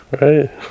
Right